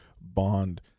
Bond